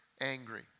angry